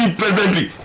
presently